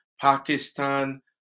Pakistan